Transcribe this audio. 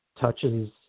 touches